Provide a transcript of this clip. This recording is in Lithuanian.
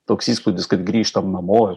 toks įspūdis kad grįžtam namo